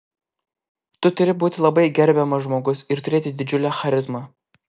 tu turi būti labai gerbiamas žmogus ir turėti didžiulę charizmą